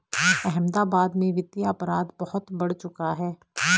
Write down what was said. अहमदाबाद में वित्तीय अपराध बहुत बढ़ चुका है